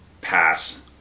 pass